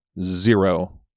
zero